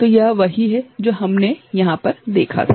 तो यह वही है जो हमने यहां पर देखा था